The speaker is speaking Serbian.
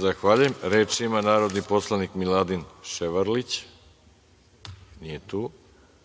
Zahvaljujem. Reč ima narodni poslanik Miladin Ševarlić. Nije tu.